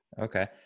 Okay